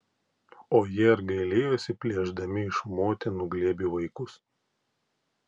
o jie ar gailėjosi plėšdami iš motinų glėbių vaikus